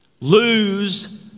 Lose